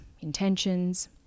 intentions